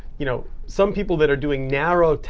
you know some people that are doing narrow,